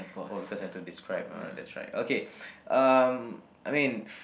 oh because I have to describe oh that's right okay um I mean